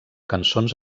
cançons